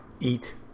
eat